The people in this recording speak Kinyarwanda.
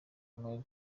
mme